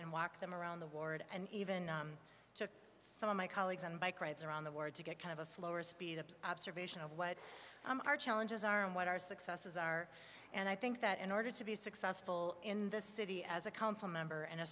and walk them around the ward and even took some of my colleagues and bike rides around the word to get kind of a slower speed observation of what our challenges are and what our successes are and i think that in order to be successful in the city as a council member and a